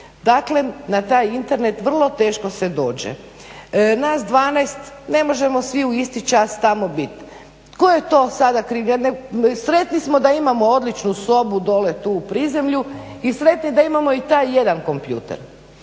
Dakle na taj internet vrlo teško se dođe. Nas 12 ne možemo svi u isti čas tamo bit. Tko je to sada kriv? Sretni smo da imamo odličnu sobu dole tu u prizemlju i sretni da imamo i taj jedan kompjuter.